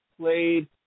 played